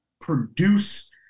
produce